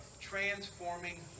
transforming